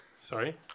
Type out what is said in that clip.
Sorry